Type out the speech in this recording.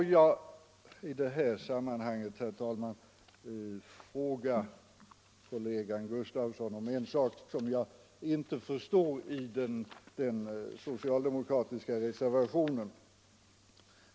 Får jag i detta sammanhang, herr talman, fråga herr Gustafsson i Stockholm om en sak som jag inte förstår i den socialdemokratiska reservationen.